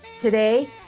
Today